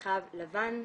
מרחב לבן,